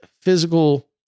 physical